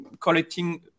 collecting